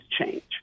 change